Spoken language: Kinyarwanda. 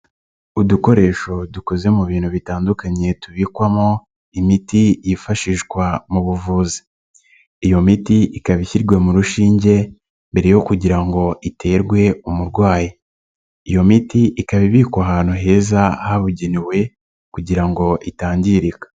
Udukoresho dukoze mu bintu bitandukanye tubikwamo imiti yifashishwa mu buvuzi, iyo miti ikaba ishyirwa mu rushinge mbere yo kugira ngo iterwe umurwayi, iyo miti ikaba ibikwa ahantu heza habugenewe kugira ngo itangirika.